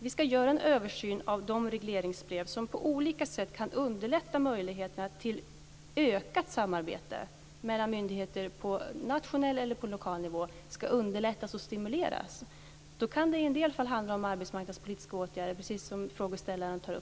Vi ska göra en översyn av de regleringsbrev som på olika sätt kan underlätta möjligheterna till ökat samarbete mellan myndigheter på nationell eller lokal nivå. Detta ska underlättas och stimuleras. I en del fall kan det handla om arbetsmarknadspolitiska åtgärder, precis som interpellanten tar upp.